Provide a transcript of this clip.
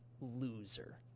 loser